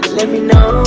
let me know